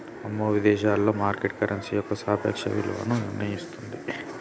అమ్మో విదేశాలలో market currency యొక్క సాపేక్ష విలువను నిర్ణయిస్తుంది